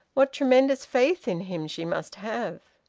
what tremendous faith in him she must have!